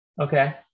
okay